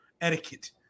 etiquette